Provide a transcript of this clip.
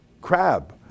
crab